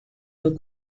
nos